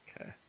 Okay